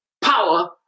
power